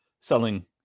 selling